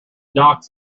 docks